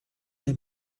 der